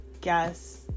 guess